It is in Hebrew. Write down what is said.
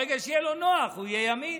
ברגע שיהיה לו נוח, הוא יהיה ימין.